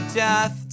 death